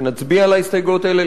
שנצביע על ההסתייגויות האלה.